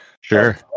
sure